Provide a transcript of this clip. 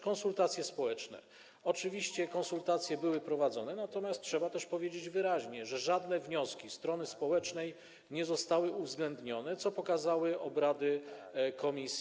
Konsultacje społeczne oczywiście były prowadzone, natomiast trzeba też powiedzieć wyraźnie, że żadne wnioski strony społecznej nie zostały uwzględnione, co pokazały obrady komisji.